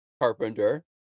Carpenter